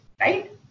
right